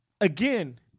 again